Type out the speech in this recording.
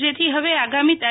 જેથી હવે આગામી તા